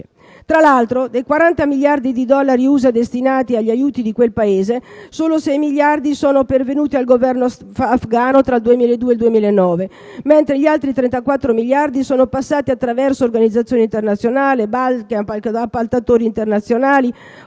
Tra l'altro, dei 40 miliardi di dollari USA destinati agli aiuti in quel Paese, solo 6 miliardi sono pervenuti al Governo afgano tra il 2002 e il 2009, mentre gli altri 34 miliardi sono passati attraverso organizzazioni internazionali, banche, appaltatori internazionali,